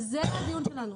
על זה הדיון שלנו.